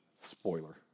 Spoiler